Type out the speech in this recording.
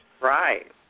Right